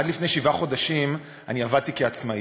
עד לפני שבעה חודשים אני עבדתי כעצמאי,